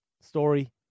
story